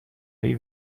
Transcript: های